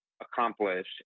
accomplish